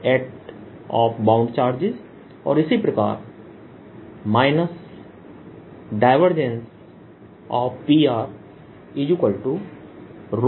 SurfaceBound Charges और इसी प्रकार PBound Charges